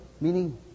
meaning